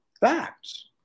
facts